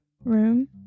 room